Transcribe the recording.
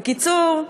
בקיצור,